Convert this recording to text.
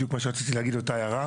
בדיוק את מה שרציתי, אותה הערה.